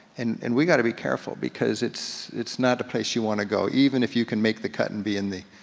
and and we gotta be careful because it's it's not a place you wanna go, even if you can make the cut and be in the,